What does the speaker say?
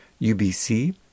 UBC